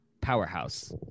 powerhouse